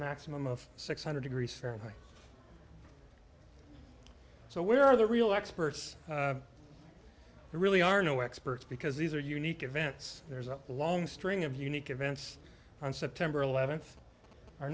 maximum of six hundred degrees fahrenheit so where are the real experts there really are no experts because these are unique events there's a long string of unique events on september eleventh our